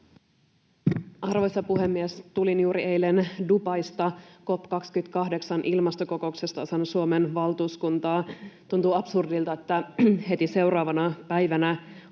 Arvoisa puhemies! Tulin juuri eilen Dubaista COP 28 ‑ilmastokokouksesta osana Suomen valtuuskuntaa. [Mauri Peltokangas: Mikä